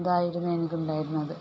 ഇതായിരുന്നു എനിക്കുണ്ടായിരുന്നത്